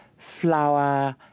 flour